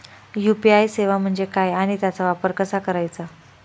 UPI सेवा म्हणजे काय आणि त्याचा वापर कसा करायचा?